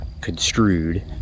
construed